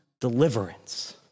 deliverance